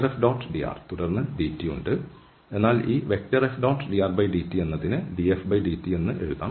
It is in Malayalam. dr തുടർന്ന് dt ഉണ്ട് എന്നാൽ ഈ Fdrdt എന്നതിന് dfdt എന്ന് എഴുതാം